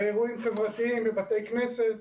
באירועים חברתיים, בבתי כנסת.